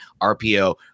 RPO